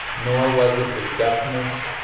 nor was it his deafness,